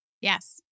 Yes